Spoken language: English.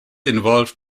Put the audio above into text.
involved